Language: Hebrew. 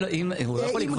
אם, הוא לא יכול לקבוע.